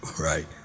Right